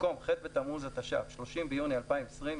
במקום "ח' בתמוז התש"ף (30 ביוני 2020)",